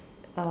um